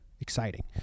exciting